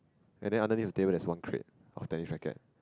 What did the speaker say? and then underneath the table there's one crate of tennis racket